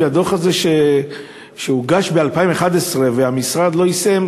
הדוח הזה שהוגש ב-2011 והמשרד לא יישם,